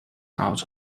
out